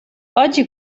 oggi